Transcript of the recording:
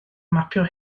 mapio